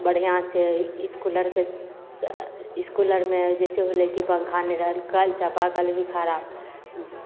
बढ़िआँ छै इसकुल आरके इसकुल आरमे जैसे होलै कि पङ्खा नहि रहल कल चापा कल भी खराब